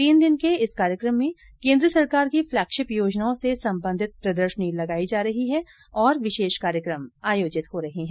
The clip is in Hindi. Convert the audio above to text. तीन दिन के इस कार्यक्रम में केन्द्र सरकार की फ्लेगशिप योजनाओं से संबंधित प्रदर्शनी लगाई जा रही है और विशेष कार्यकम आयोजित हो रहे है